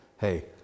hey